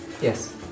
Yes